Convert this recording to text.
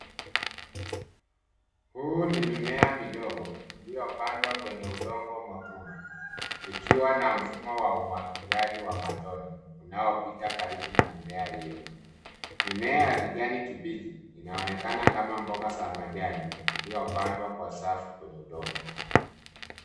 Huu ni mimea midogo iliyopandwa kwenye udongo mwekundu ikiwa na mfumo wa umwagiliaji wa matone unaopita karibu na mimea hiyo. Mimea ya kijani kibichi inaonekana kama mboga za majani iliyopandwa kwa safu kwenye udongo.